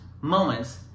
moments